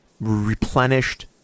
replenished